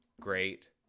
Great